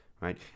right